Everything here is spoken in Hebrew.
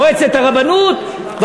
מועצת הרבנות,